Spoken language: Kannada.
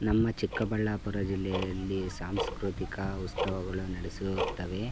ನಮ್ಮ ಚಿಕ್ಕಬಳ್ಳಾಪುರ ಜಿಲ್ಲೆಯಲ್ಲಿ ಸಾಂಸ್ಕೃತಿಕ ಉತ್ಸವಗಳು ನಡೆಸುತ್ತವೆ